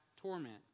torment